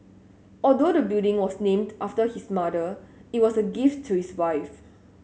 although the building was named after his mother it was a gift to his wife